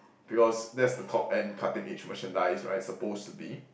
because that's the top end cutting edge merchandise right suppose to be